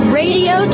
radio